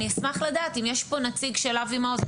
אני אשמח לדעת אם יש פה נציג של אבי מעוז.